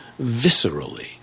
viscerally